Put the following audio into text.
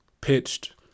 pitched